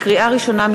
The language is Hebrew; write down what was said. לקריאה ראשונה,